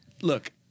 look